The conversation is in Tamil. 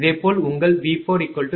இதேபோல் உங்கள் V4V3 I3Z30